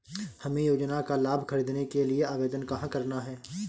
हमें योजना का लाभ ख़रीदने के लिए आवेदन कहाँ करना है?